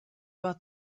war